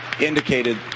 indicated